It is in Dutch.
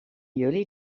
jullie